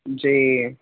جی